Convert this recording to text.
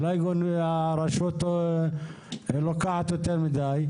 אולי הרשות לוקחת יותר מדיי?